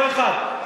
לא אחד,